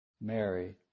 Mary